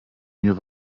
mir